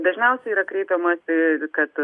dažniausiai yra kreipiamasi kad